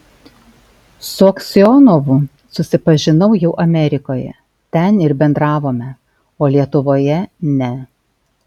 su aksionovu susipažinau jau amerikoje ten ir bendravome o lietuvoje ne